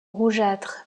rougeâtres